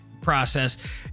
process